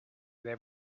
there